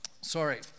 Sorry